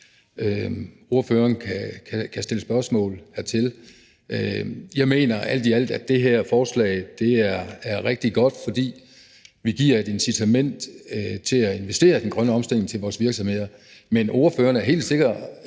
Ordføreren kan stille spørgsmål om det. Jeg mener alt i alt, at det her forslag er rigtig godt, fordi vi giver et incitament til at investere i den grønne omstilling i vores virksomheder, men ordføreren er helt sikkert